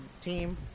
team